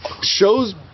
shows